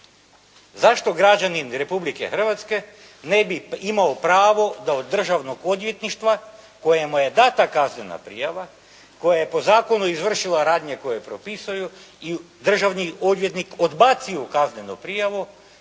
Zašto građanin Republke Hrvatske ne bi imao pravo da od državnog odvjetništva, kojemu je dana kaznena prijava, koju je po zakonu izvršila radnje koje propisuju i državni odvjetnik odbacio kaznenu prijavu,